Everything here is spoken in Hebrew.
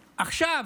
עכשיו,